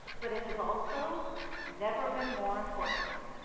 but it has also never been more important.